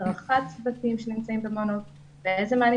הדרכת צוותים שנמצאים במעונות ואיזה מענים